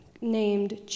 named